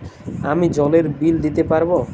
আমি জলের বিল দিতে পারবো?